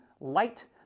light